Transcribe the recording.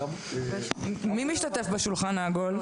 מי משתתף בשולחן העגול?